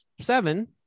seven